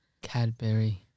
Cadbury